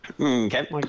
Okay